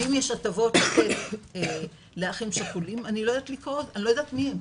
ואם יש הטבות לאחים שכולים, אני לא יודעת מי הם.